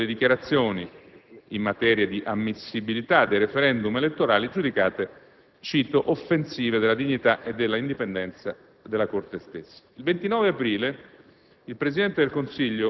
avrebbero svolto delle dichiarazioni, in materia di ammissibilità del *referendum* elettorale, giudicate - cito - «offensive della dignità e dell'indipendenza della Corte stessa». Il 29 aprile